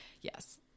Yes